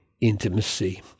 intimacy